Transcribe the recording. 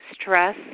Stress